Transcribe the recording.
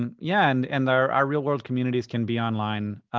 um yeah, and and our our real world communities can be online.